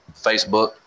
Facebook